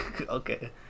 Okay